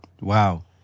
Wow